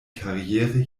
karriere